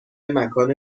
مکان